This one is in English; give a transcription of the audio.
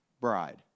bride